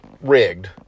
rigged